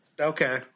Okay